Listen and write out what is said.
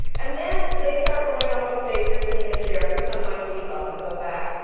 and then, they start going up on stage, you're sitting in a chair, but you sometimes leap up and go back.